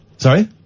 Sorry